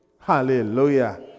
Hallelujah